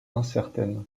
incertaine